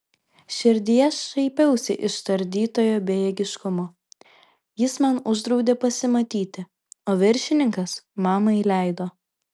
širdyje šaipiausi iš tardytojo bejėgiškumo jis man uždraudė pasimatyti o viršininkas mamai leido